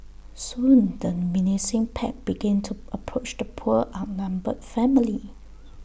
soon the menacing pack began to approach the poor outnumbered family